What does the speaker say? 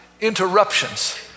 interruptions